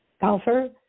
golfer